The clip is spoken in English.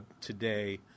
today